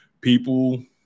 people